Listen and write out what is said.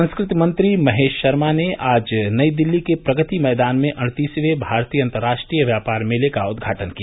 संस्कृति मंत्री महेश शर्मा ने आज नई दिल्ली के प्रगति मैदान में अड़तीसवें भारतीय अंतर्राष्ट्रीय व्यापार मेले का उद्घाटन किया